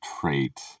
trait